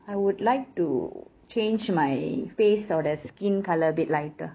I would like to change my face or the skin colour a bit lighter